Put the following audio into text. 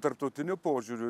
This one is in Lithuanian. tarptautiniu požiūriu